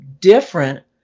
different